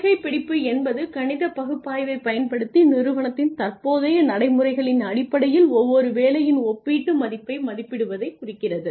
கொள்கை பிடிப்பு என்பது கணித பகுப்பாய்வைப் பயன்படுத்தி நிறுவனத்தின் தற்போதைய நடைமுறைகளின் அடிப்படையில் ஒவ்வொரு வேலையின் ஒப்பீட்டு மதிப்பை மதிப்பிடுவதைக் குறிக்கிறது